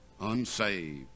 unsaved